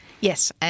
Yes